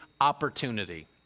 opportunity